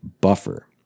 buffer